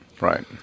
right